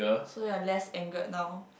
so you're less angered now